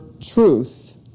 truth